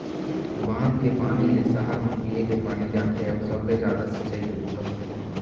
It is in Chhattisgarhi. बांध के पानी ले सहर म पीए के पानी जाथे अउ सबले जादा सिंचई के बूता होथे